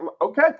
okay